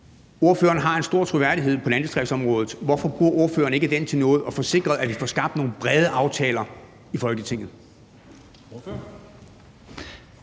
Ordføreren har en stor troværdighed på landdistriktsområdet. Hvorfor bruger ordføreren ikke den til noget og får sikret, at vi får skabt nogle brede aftaler i Folketinget?